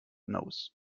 nose